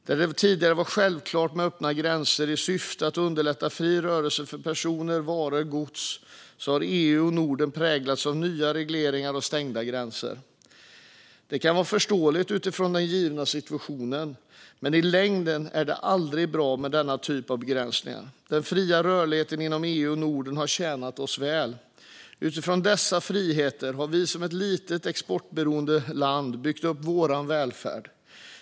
Där det tidigare var självklart med öppna gränser i syfte att underlätta fri rörlighet för personer, varor och gods har EU och Norden präglats av nya regleringar och stängda gränser. Det kan vara förståeligt utifrån den givna situationen, men i längden är det aldrig bra med denna typ av begränsningar. Den fria rörligheten inom EU och Norden har tjänat oss väl. Utifrån dessa friheter har vi, som ett litet exportberoende land, byggt upp vår välfärd.